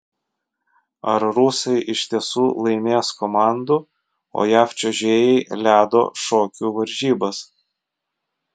ar rusai iš tiesų laimės komandų o jav čiuožėjai ledo šokių varžybas